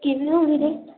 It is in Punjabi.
ਕਿਸਨੂੰ ਵੀਰੇ